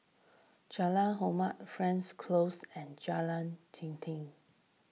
Jalan Hormat Frankel Close and Jalan Dinding